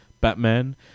Batman